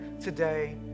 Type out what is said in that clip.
today